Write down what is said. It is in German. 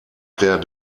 der